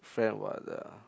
friend what the